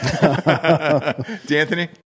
D'Anthony